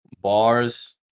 Bars